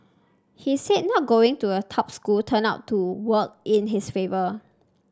he said not going to a top school turned out to work in his favour